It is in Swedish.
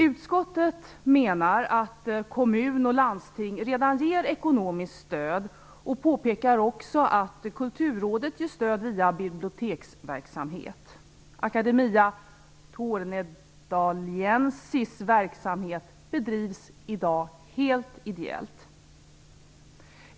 Utskottet menar att kommun och landsting redan ger ekonomiskt stöd och påpekar också att Kulturrådet ger stöd via biblioteksverksamhet. Academia Tornedaliensis verksamhet bedrivs i dag helt ideellt.